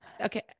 okay